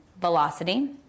velocity